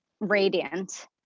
radiant